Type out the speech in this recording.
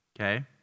Okay